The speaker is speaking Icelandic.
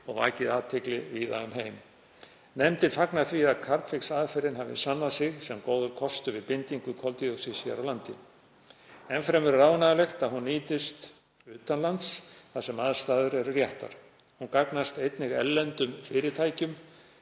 og vakið athygli víða um heim. Nefndin fagnar því að Carbfix-aðferðin hafi sannað sig sem góður kostur við bindingu koldíoxíðs hér á landi. Enn fremur er ánægjulegt að hún nýtist utan lands þar sem aðstæður eru réttar. Hún gagnast einnig erlendum fyrirtækjum